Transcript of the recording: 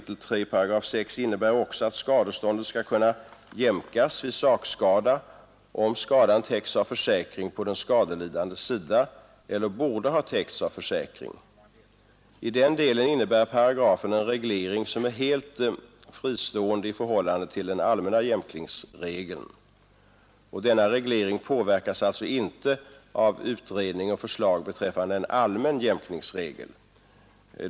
3 kap. 6§ innebär också att skadestånd skall kunna jämkas vid sakskada, om skadan täcks av försäkring på den skadelidandes sida eller borde ha täckts av försäkring. I den delen innebär paragrafen en reglering som är helt fristående i förhållande till den allmänna jämkningsregeln. Denna reglering påverkas alltså inte av en utredning och förslag beträffande en allmän jämkningsregel.